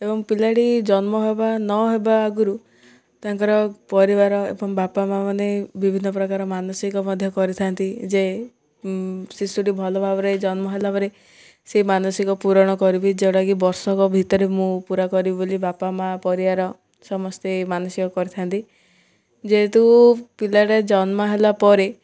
ଏବଂ ପିଲାଟି ଜନ୍ମ ହେବା ନହେବା ଆଗରୁ ତାଙ୍କର ପରିବାର ଏବଂ ବାପା ମାଆମାନେ ବିଭିନ୍ନ ପ୍ରକାର ମାନସିକ ମଧ୍ୟ କରିଥାନ୍ତି ଯେ ଶିଶୁଟି ଭଲ ଭାବରେ ଜନ୍ମ ହେଲା ପରେ ସେ ମାନସିକ ପୁରଣ କରିବି ଯେଉଁଟାକି ବର୍ଷକ ଭିତରେ ମୁଁ ପୁରା କରିବି ବୋଲି ବାପା ମାଆ ପରିବାର ସମସ୍ତେ ମାନସିକ କରିଥାନ୍ତି ଯେହେତୁ ପିଲାଟା ଜନ୍ମ ହେଲା ପରେ